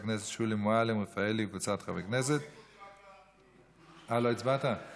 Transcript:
(שיעור מס הרכישה ברכישת דירת מגורים אחת נוספת על דירת מגורים